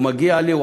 או ה"מגיע לי",